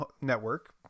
network